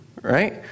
right